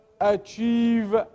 achieve